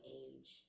age